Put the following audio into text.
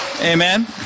Amen